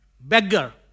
beggar